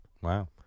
Wow